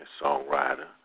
songwriter